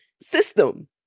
system